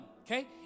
okay